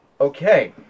Okay